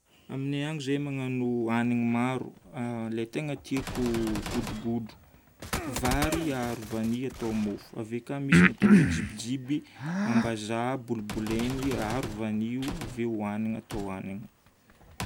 Aminay agny zahay magnano hanigny maro. Lay tegna tiako godrogodro: vary aharo vanio atao mofo. Ave ka misy ny atao hoe jibijiby: ambazaha polipolegny aharo vanio ave hohanigna atao hanigna.